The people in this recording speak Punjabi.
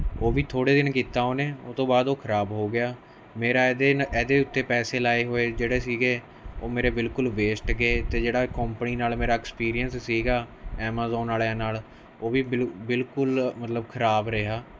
ਉਹ ਵੀ ਥੋੜ੍ਹੇ ਦਿਨ ਕੀਤਾ ਉਹਨੇ ਉਹ ਤੋਂ ਬਾਅਦ ਉਹ ਖਰਾਬ ਹੋ ਗਿਆ ਮੇਰਾ ਇਹਦੇ ਨ ਇਹਦੇ ਉੱਤੇ ਪੈਸੇ ਲਾਏ ਹੋਏ ਜਿਹੜੇ ਸੀਗੇ ਉਹ ਮੇਰੇ ਬਿਲਕੁਲ ਵੇਸਟ ਗਏ ਅਤੇ ਜਿਹੜਾ ਕੋਪਨੀ ਨਾਲ ਮੇਰਾ ਐਕਸਪੀਰੀਅੰਸ ਸੀਗਾ ਐਮਾਜ਼ੋਨ ਵਾਲ਼ਿਆਂ ਨਾਲ ਉਹ ਵੀ ਬਿਲ ਬਿਲਕੁਲ ਮਤਲਬ ਖਰਾਬ ਰਿਹਾ